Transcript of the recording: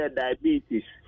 diabetes